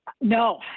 No